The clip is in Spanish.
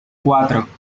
cuatro